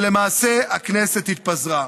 ולמעשה הכנסת התפזרה.